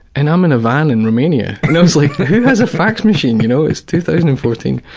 and i'm in a van in romania, and i was like who has a fax machine, you know, it's two thousand and fourteen.